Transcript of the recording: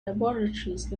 laboratories